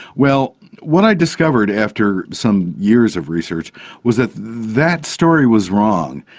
well, what i discovered after some years of research was that that story was wrong.